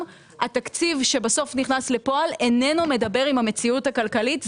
התקציב שבסוף נכנס לפועל איננו מדבר עם המציאות הכלכלית.